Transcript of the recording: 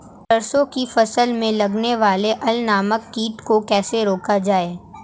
सरसों की फसल में लगने वाले अल नामक कीट को कैसे रोका जाए?